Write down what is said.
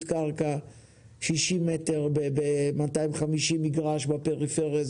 קרקע 60 מטר ב-250 מגרש בפריפריה.